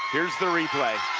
here's the replay.